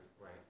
right